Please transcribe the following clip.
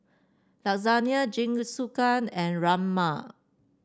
lasagna Jingisukan and Rajma